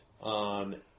on